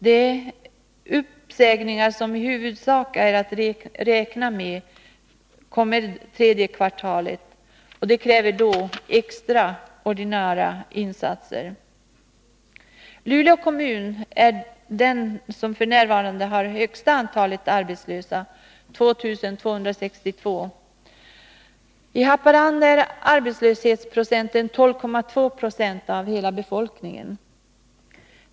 De uppsägningar som i huvudsak är att räkna med kommer tredje kvartalet, och det kräver då extraordinära insatser. Luleå är den kommun som f. n. har det högsta antalet arbetslösa i länet — 2 262 personer. I Haparanda är arbetslösheten 12,2 22 av hela befolkningen.